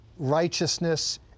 righteousness